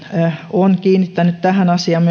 on kiinnittänyt tähän asiaan